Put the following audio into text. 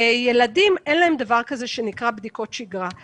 לילדים אין דבר כזה שנקרא בדיקות שגרה.